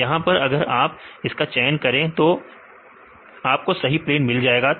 तो यहां पर अगर आप इसका चलन करें तो आपको सही प्लेन मिल जाएगा